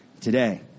today